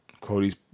Cody's